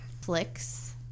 Flicks